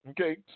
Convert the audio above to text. okay